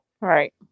Right